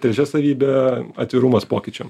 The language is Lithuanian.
trečia savybė atvirumas pokyčiam